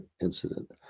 incident